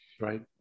Right